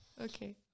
Okay